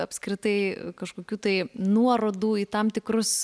apskritai kažkokių tai nuorodų į tam tikrus